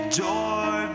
door